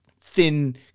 thin